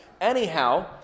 Anyhow